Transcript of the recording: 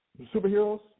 superheroes